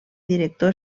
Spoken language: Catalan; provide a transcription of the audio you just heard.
director